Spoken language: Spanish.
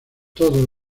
todo